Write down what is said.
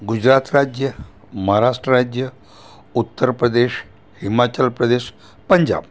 ગુજરાત રાજ્ય મહારાષ્ટ્ર રાજ્ય ઉત્તરપ્રદેશ હિમાચલ પ્રદેશ પંજાબ